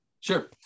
Sure